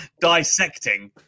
dissecting